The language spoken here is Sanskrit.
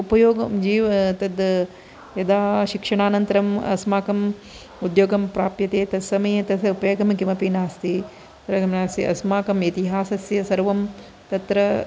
उपयोगं जी तद् यदा शिक्षणानन्तरम् अस्माकम् उद्योगं प्राप्यते ततस्मये तस्य उपयोगं किमपि नास्ति अस्माकम् इतिहासस्य सर्वं तत्र